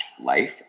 life